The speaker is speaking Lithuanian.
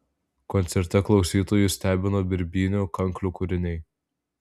koncerte klausytojus stebino birbynių kanklių kūriniai